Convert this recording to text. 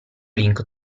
link